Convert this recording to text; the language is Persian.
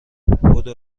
بدو